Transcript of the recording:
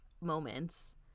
moments